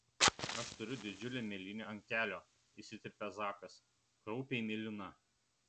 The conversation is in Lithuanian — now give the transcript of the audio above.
aš turiu didžiulę mėlynę ant kelio įsiterpia zakas kraupiai mėlyna